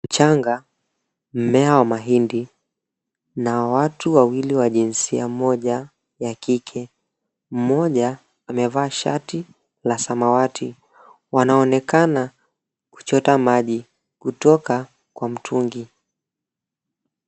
Mchanga, mmea wa mahindi na watu wawili wa jinsia moja ya kike mmoja amevaa shati la samawati wanaonekana kuchota maji kutoka kwa mtungi.